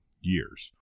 years